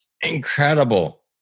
Incredible